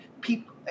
people